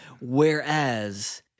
Whereas